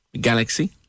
galaxy